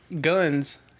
guns